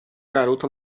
garota